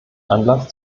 anlass